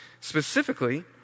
specifically